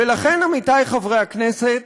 לכן, עמיתי חברי הכנסת,